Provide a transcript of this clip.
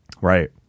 Right